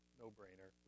no-brainer